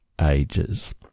Ages